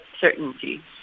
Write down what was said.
certainty